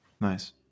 nice